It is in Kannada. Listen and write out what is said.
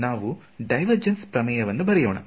ನಾವು ಡೈವರ್ಜೆನ್ಸ್ ಪ್ರಮೇಯವನ್ನು ಬರೆಯೋಣ